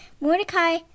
Mordecai